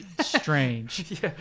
strange